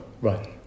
Right